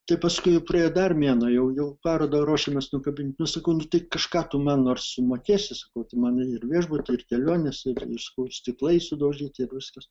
tai paskui praėjo dar mėnuo jau jau paradą ruošėmės nukabint nu sakau nu kažką tu man nors sumokėsi sakau tai man ir viešbutį ir kelionės ir sakau ir stiklai sudaužyti viskas